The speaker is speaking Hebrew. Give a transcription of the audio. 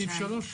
שוב,